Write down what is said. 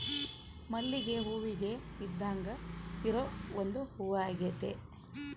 ಮಲ್ಲಿಗೆ ಹೂವಿಗೆ ಇದ್ದಾಂಗ ಇರೊ ಒಂದು ಹೂವಾಗೆತೆ